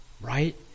right